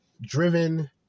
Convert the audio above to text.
driven